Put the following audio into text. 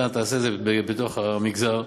אז תעשה את זה בתוך המגזר.